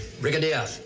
Brigadier